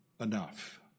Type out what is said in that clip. enough